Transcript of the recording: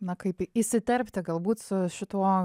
na kaip įsiterpti galbūt su šituo